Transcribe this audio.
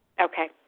Okay